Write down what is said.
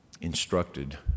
instructed